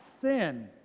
sin